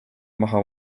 maha